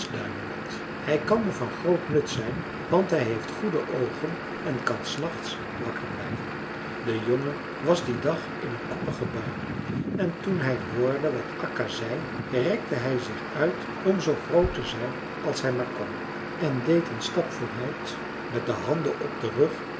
duimelot hij kan me van groot nut zijn want hij heeft goede oogen en kan s nachts wakker blijven de jongen was dien dag in een koppige bui en toen hij hoorde wat akka zei rekte hij zich uit om zoo groot te zijn als hij maar kon en deed een stap vooruit met de handen op den rug